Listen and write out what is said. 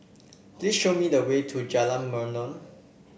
please show me the way to Jalan Melor